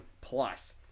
plus